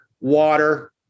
water